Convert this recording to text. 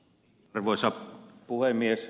arvoisa puhemies